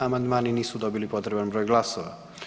Amandmani nisu dobili potreban broj glasova.